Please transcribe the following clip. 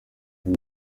uyu